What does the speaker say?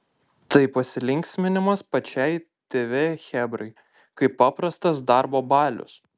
tai pasilinksminimas pačiai tv chebrai kaip paprastas darbo balius